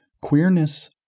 Queerness